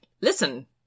listen